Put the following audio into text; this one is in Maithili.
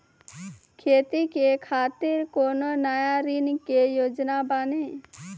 खेती के खातिर कोनो नया ऋण के योजना बानी?